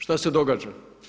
Šta se događa?